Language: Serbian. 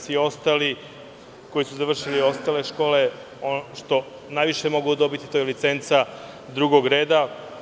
Svi ostali koji su završili ostale škole, ono što najviše mogu dobiti je licenca drugog reda.